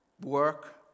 work